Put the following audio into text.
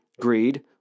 greed